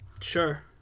Sure